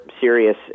serious